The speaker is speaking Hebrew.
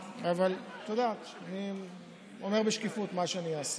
אבל, את יודעת, אני אומר בשקיפות את מה שאני אעשה.